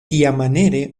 kiamaniere